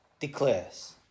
declares